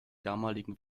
damaligen